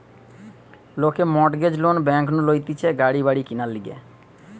লোকে mortgage loan bank নু লইতেছে গাড়ি বাড়ি কিনার লিগে